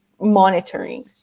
monitoring